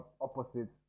opposites